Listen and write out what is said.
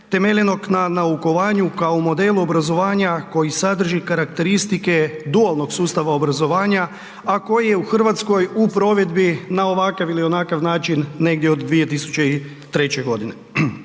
temeljenom na naukovanju kao modelu obrazovanja koji sadrži karakteristike dualnog sustava obrazovanja, a koji je u Hrvatskoj u provedbi na ovakav ili onakav način negdje od 2003. g.